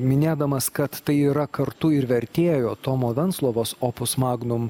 minėdamas kad tai yra kartu ir vertėjo tomo venclovos opos magnum